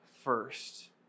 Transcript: first